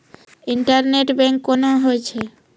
Internet banking कोना होय छै?